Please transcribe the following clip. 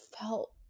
felt